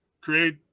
Create